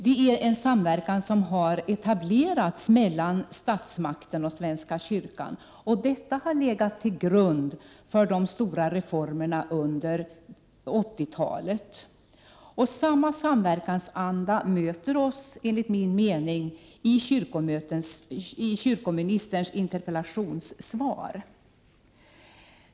Det är en samverkan som har etablerats mellan statsmakten och svenska kyrkan. Detta har legat till grund för de stora reformerna under 80-talet. Samma samverkansanda möter oss enligt min mening i kyrkoministerns interpellationssvar.